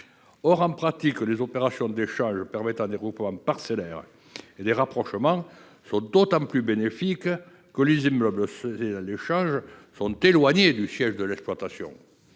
Or, en pratique, les opérations d’échange permettant des regroupements parcellaires et des rapprochements sont d’autant plus bénéfiques que les immeubles cédés dans l’échange sont éloignés du siège de l’exploitation.